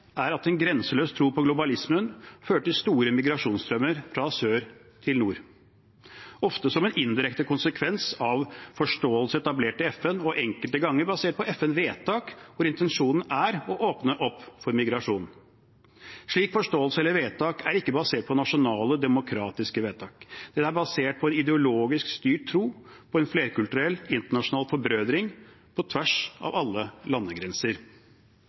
er at en grenseløs tro på globalismen fører til store migrasjonsstrømmer fra sør til nord – ofte som en indirekte konsekvens av forståelse etablert i FN, og enkelte ganger basert på FN-vedtak hvor intensjonen er å åpne opp for migrasjon. Slik forståelse eller vedtak er ikke basert på nasjonale demokratiske vedtak – den er basert på en ideologisk styrt tro på en flerkulturell internasjonal forbrødring på tvers av alle landegrenser.